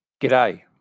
G'day